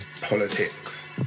politics